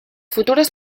futures